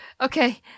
Okay